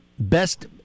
Best